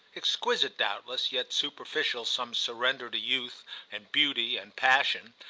exquisite doubtless, yet superficial some surrender to youth and beauty and passion,